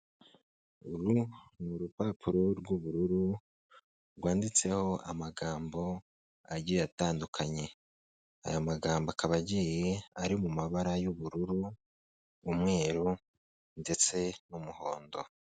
Uru ni urupapuro rw'ubururu, rwanditseho amagambo agiye atandukanye. Aya magambo akaba agiye ari mu mabara y'ubururu, umweru ndetse n'umuhondo.